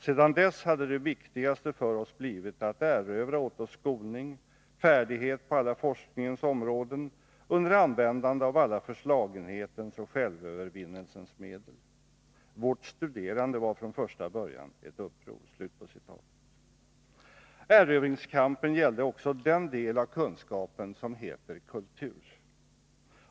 Sedan dess hade det viktigaste för oss blivit att erövra åt oss skolning, färdighet på alla forskningens områden, under användande av alla förslagenhetens och självövervinnelsens medel. Vårt studerande var från första början ett uppror.” Erövringskampen gällde också den del av kunskapen som heter kultur.